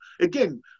again